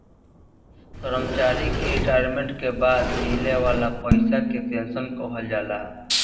कर्मचारी के रिटायरमेंट के बाद मिले वाला पइसा के पेंशन कहल जाला